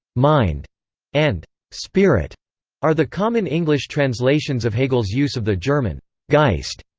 mind and spirit are the common english translations of hegel's use of the german geist.